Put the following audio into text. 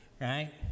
right